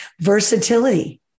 Versatility